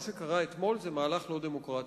מה שקרה אתמול זה מהלך לא דמוקרטי.